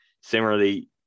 Similarly